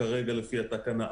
כרגע לפי התקנה,